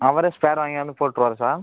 அவரே ஸ்பேர் வாங்கிவந்து போட்டுருவாரு சார்